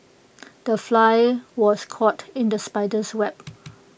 the fly was caught in the spider's web